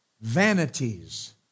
vanities